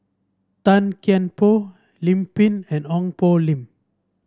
Tan Kian Por Lim Pin and Ong Poh Lim